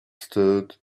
stood